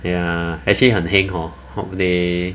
ya actually 很 heng hor holiday